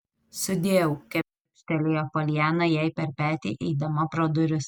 sudieu kepštelėjo poliana jai per petį eidama pro duris